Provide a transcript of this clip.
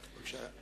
בבקשה.